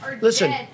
Listen